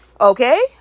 okay